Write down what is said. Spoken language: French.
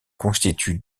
constituent